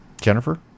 Jennifer